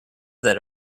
that